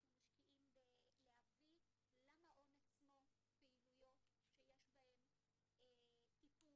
אנחנו משקיעים בלהביא למעון עצמו פעילויות שיש בהן טיפול,